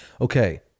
okay